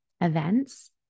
events